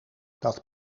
dat